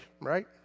right